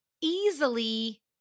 easily